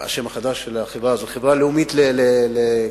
השם החדש של החברה הזאת, חברה לאומית, לדרכים.